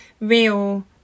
real